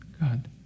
God